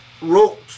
wrote